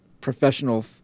professional